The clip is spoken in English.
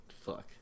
Fuck